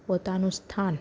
પોતાનું સ્થાન